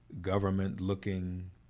government-looking